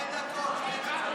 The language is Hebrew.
שתי דקות, שתי דקות.